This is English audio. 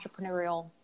entrepreneurial